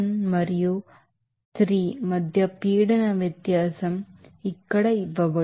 కాబట్టి ఈ పాయింట్ 1 మరియు 3 మధ్య ప్రెషర్ డిఫరెన్స్ ఇక్కడ ఇవ్వబడింది